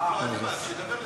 אין לי בעיה, שידבר לפני.